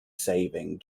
saving